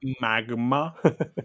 magma